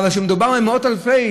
אבל כשמדובר על מאות אלפי